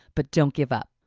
but don't give up.